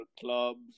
clubs